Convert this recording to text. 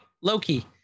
Loki